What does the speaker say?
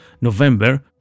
November